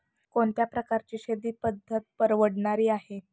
कोणत्या प्रकारची शेती पद्धत परवडणारी आहे?